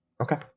Okay